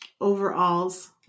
Overalls